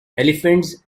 elephants